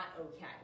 Okay